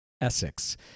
Essex